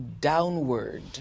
downward